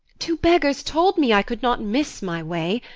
two beggars told me i could not miss my way.